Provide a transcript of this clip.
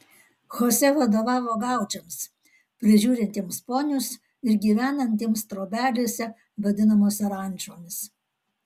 chosė vadovavo gaučams prižiūrintiems ponius ir gyvenantiems trobelėse vadinamose rančomis